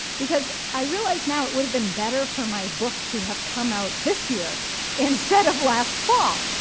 because i realize now, it would have been better for my book to have come out this year instead of last fall.